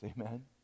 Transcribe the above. Amen